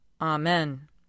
Amen